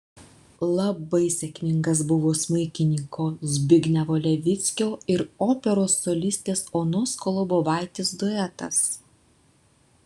labai sėkmingas buvo smuikininko zbignevo levickio ir operos solistės onos kolobovaitės duetas